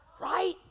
right